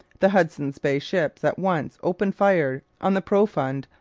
the hudson's bay ships at once opened fire on the profond,